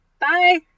Bye